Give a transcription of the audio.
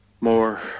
more